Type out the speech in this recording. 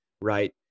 right